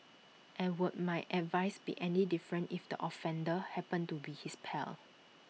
and would my advice be any different if the offender happened to be his pal